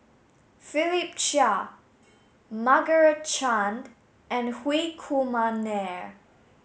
Philip Chia Margaret Chan and Hri Kumar Nair